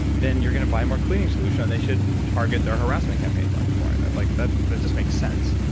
then you're going to buy more cleaning solution and they should target their harassment campaigns on you more. like that that just makes sense.